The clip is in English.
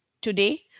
Today